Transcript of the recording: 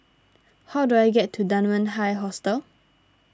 how do I get to Dunman High Hostel